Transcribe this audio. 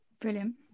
brilliant